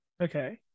okay